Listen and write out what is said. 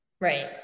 right